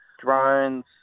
drones